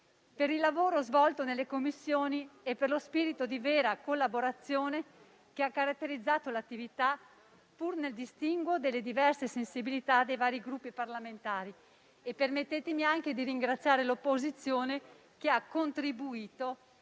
per il lavoro svolto nelle Commissioni e per lo spirito di vera collaborazione che ha caratterizzato l'attività pur nel distinguo delle diverse sensibilità dei vari Gruppi parlamentari. Permettetemi anche di ringraziare l'opposizione, che ha contribuito